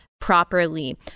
properly